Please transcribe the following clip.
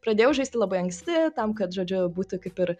pradėjau žaisti labai anksti tam kad žodžiu būtų kaip ir